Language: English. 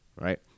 right